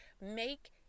make